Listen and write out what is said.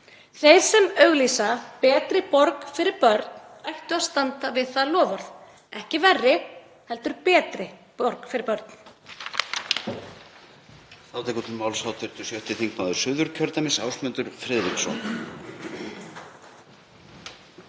Þeir sem auglýsa betri borg fyrir börn ættu að standa við það loforð, ekki verri heldur betri borg fyrir börn.